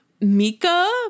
Mika